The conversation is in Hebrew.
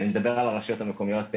אני מדבר על הרשויות המקומיות ככלל.